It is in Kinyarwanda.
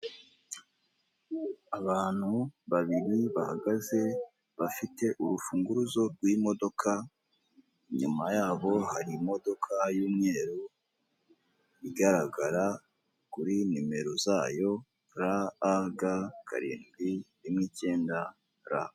Abantu babiri bahagaze bafite urufunguzo rw'imodoka nyuma yabo hari imodoka y'umweru igaragara kuri nimero zayo ra a ga karindwi rimwe icyenda ra.